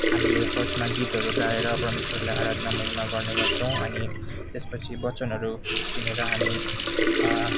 हामीले फस्टमा गीतहरू गाएर परमेश्वरलाई आराधना महिमा गर्ने गर्छौँ अनि त्यसपछि वचनहरू सुनेर हामी